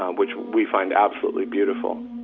um which we find absolutely beautiful